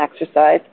exercise